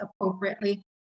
appropriately